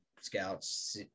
scouts